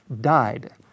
died